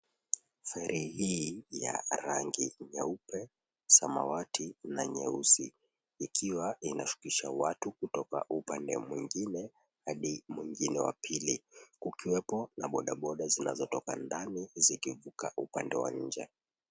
Feri hii ya rangi ya nyeupe, samawati na nyeusi ikiwa inashukisha watu kutoka upande mwengine hadi mwengine wa pili, kukiwepo na bodaboda zinazotoka ndani zikivuka upande wa nje.